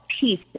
peace